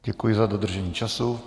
Děkuji za dodržení času.